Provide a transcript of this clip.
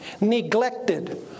Neglected